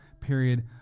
period